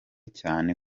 cyane